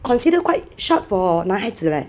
considered quite short for 男孩子 leh